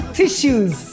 tissues